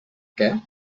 què